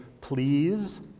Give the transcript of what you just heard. please